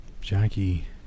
Jackie